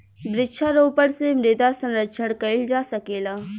वृक्षारोपण से मृदा संरक्षण कईल जा सकेला